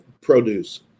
produce